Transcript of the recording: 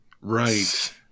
Right